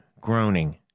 groaning